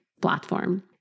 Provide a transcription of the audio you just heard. platform